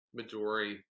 Midori